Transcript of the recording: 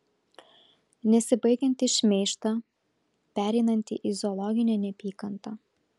nesibaigiantį šmeižtą pereinantį į zoologinę neapykantą